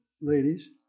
ladies